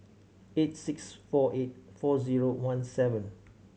eight six four eight four zero one seven